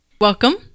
Welcome